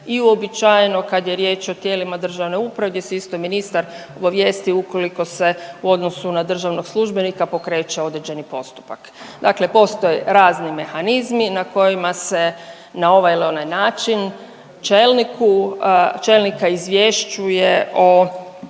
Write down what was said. i uobičajeno kad je riječ o tijelima državne uprave gdje se isto ministar obavijesti ukoliko se u odnosu na državnog službenika pokreće određeni postupak. Dakle, postoje razni mehanizmi na kojima se na ovaj ili onaj način čelniku, čelnika izvješćuje o